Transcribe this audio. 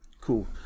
cool